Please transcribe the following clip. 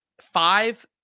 five